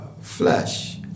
flesh